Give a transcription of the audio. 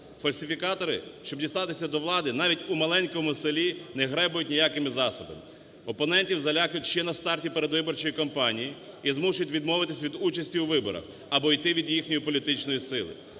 Фальсифікатори, щоб дістатися до влади, навіть у маленькому селі не гребують ніякими засобами. Опонентів залякують ще на старті передвиборчої кампанії і змушують відмовитися від участі у виборах або йти від їхньої політичної сили.